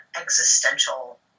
existential